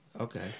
Okay